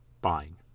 buying